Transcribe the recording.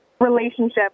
relationship